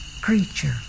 creature